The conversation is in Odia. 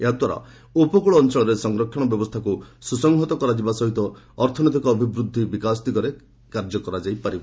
ଏହାଦ୍ୱାରା ଉପକୂଳ ଅଞ୍ଚଳରେ ସଂରକ୍ଷଣ ବ୍ୟବସ୍ଥାକୁ ସୁସଂଘତ କରାଯିବା ସହିତ ଅର୍ଥନୈତିକ ଅଭିବୃଦ୍ଧି ବିକାଶ ଦିଗରେ କାର୍ଯ୍ୟ କରାଯାଇ ପାରିବ